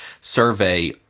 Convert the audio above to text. survey